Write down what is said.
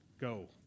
go